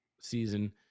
season